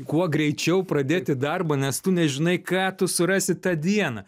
kuo greičiau pradėti darbą nes tu nežinai ką tu surasi tą dieną